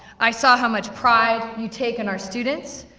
i saw how much pride you take in our students,